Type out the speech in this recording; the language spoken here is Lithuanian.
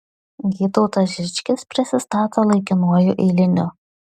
gytautas žičkis prisistato laikinuoju eiliniu